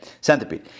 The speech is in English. centipede